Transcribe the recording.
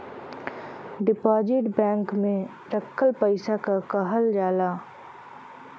deposit bank में रखल पइसा के कहल जाला